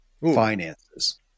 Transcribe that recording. finances